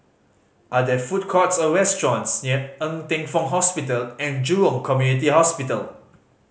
are there food courts or restaurants near Ng Teng Fong Hospital And Jurong Community Hospital